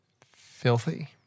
Filthy